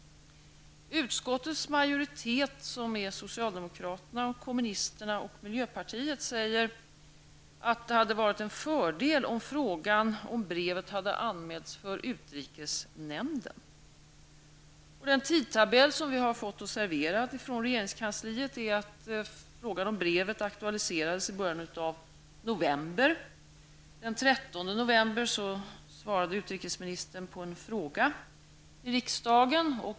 Utskottsmajoriteten -- socialdemokraterna, kommunisterna och miljöpartiet -- säger att det hade varit en fördel om frågan om brevet hade anmälts till utrikesnämnden. Enligt den tidtabell som vi har fått från regeringskansliet aktualiserades frågan om brevet i början av november. Den 13 november svarade utrikesministern på en fråga i riksdagen.